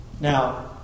Now